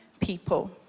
people